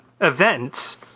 events